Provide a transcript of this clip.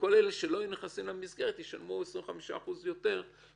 וכל אלה שלא נכנסים למסגרת ישלמו 25% יותר בריבית.